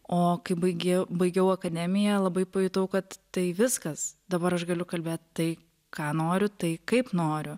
o kai baigi baigiau akademiją labai pajutau kad tai viskas dabar aš galiu kalbėt tai ką noriu tai kaip noriu